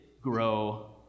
grow